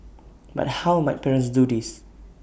but how might parents do this